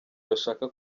bashaka